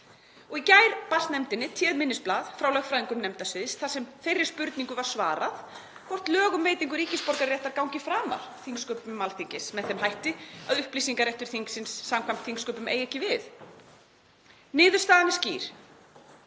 og í gær barst nefndinni minnisblað frá lögfræðingum nefndasviðs þar sem þeirri spurningu var svarað hvort lög um veitingu ríkisborgararéttar gangi framar þingsköpum Alþingis með þeim hætti að upplýsingaréttur þingsins samkvæmt þingsköpum eigi ekki við. Niðurstaðan er skýr: